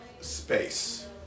space